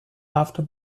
after